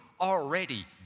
already